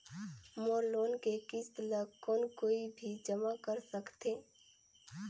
मोर loan के किस्त ल कौन कोई भी जमा कर सकथे?